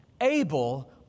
Abel